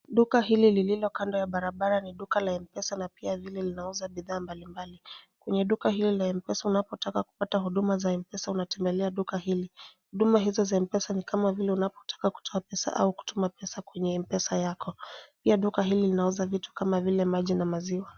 Duka hili lililo kando ya barabara ni duka la mpesa na pia vile linauza bidhaa mbalimbali. Kwenye duka hilo la mpesa unapotaka kupata huduma za mpesa unatembelea duka hili. Huduma hizo za mpesa ni kama vile unapotaka kutoa pesa au kutuma pesa kwenye mpesa yako. Pia duka hili linauza vitu kama vile maji na maziwa.